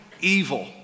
evil